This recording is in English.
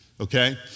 okay